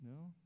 No